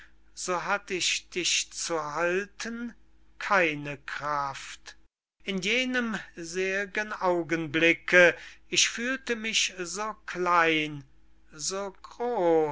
so hatt ich dich zu halten keine kraft in jenem sel'gen augenblicke ich fühlte mich so klein so